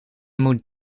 moet